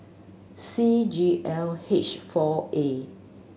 C G L H four A